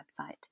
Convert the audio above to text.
website